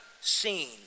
seen